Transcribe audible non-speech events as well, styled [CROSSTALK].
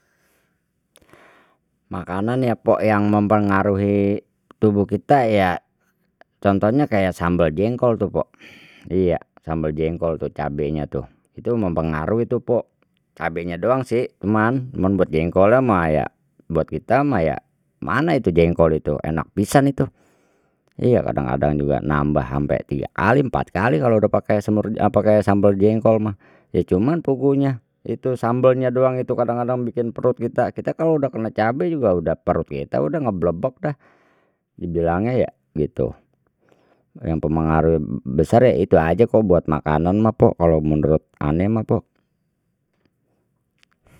Makanan ya pok yang mempengaruhi tubuh kita ya contohnya kayak sambel jengkol tu pok iya, sambel jengkol tu cabenya tu itu mempengaruhi tu pok cabenya doang sih cuman, cuman buat jengkonya mah ya buat kita mah ya gimana jengkol itu enak pisan itu, iya kadang kadang juga nambah ampe tiga kali empat kali kalau dah pake semur [HESITATION] pake sambel jengkol mah, ya cuman puguhnya itu sambelnya doang itu kadang kadang bikin perut kita, kita kalau kena cabe juga udah perut kita udah ngeblebek dah, dibilangnya ya gitu yang mempengaruhi besar ya itu aja kok buat makanan mah pok kalau menurut ane mah pok